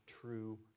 true